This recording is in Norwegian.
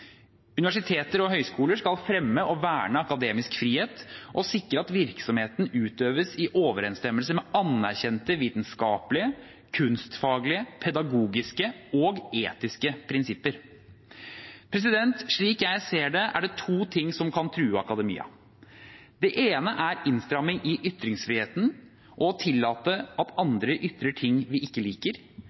Universiteter og høyskoler skal fremme og verne akademisk frihet og sikre at virksomheten utøves i overensstemmelse med anerkjente vitenskapelige, kunstfaglige, pedagogiske og etiske prinsipper. Slik jeg ser det, er det to ting som kan true akademia. Det ene er innstramming i ytringsfriheten og ikke tillate at andre ytrer ting vi ikke liker.